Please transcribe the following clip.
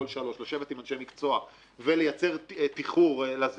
שלוש לשבת עם אנשי מקצוע ולייצר תיחור לזה